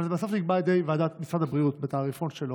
אבל בסוף זה נקבע על ידי משרד הבריאות בתעריפון שלו.